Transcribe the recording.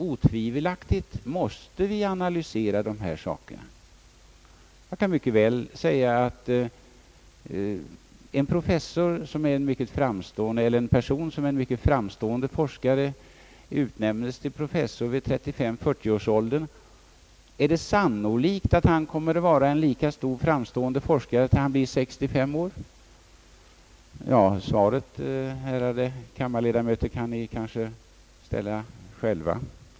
Otvivelaktigt måste vi analysera dessa saker. Låt oss säga att en person som är mycket framstående forskare utnämnes till professor vid 35 å 40 års ålder. Är det sannolikt att han kommer att vara en lika framstående forskare när han blir 65 år? Svaret, ärade kammarledamöter, kan ni kanske ge själva.